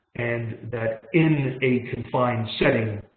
and that in a confined setting,